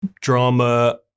drama